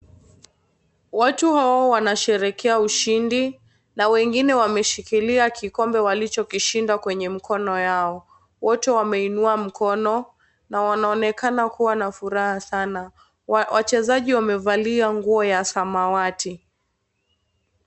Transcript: Watu hawa wanasherekea ushindi na wengine wameshikilia kikombe walichokishinda kwenye mikono yao. Wote wameinua mkono na wanaonekana kuwa na furaha sana. Wachezaji wamevalia nguo ya samawati.